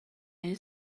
این